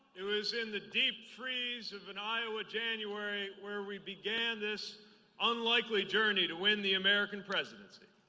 it was in the deep freeze of an iowa january where we began this unlikely journey to win the american presidency.